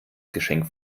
geschenk